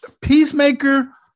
Peacemaker